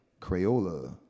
Crayola